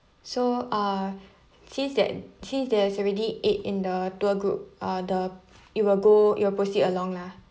so uh since that since there's already eight in the tour group uh the it will go it will proceed along lah